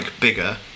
bigger